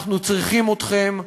אנחנו צריכים אתכם,